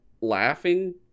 laughing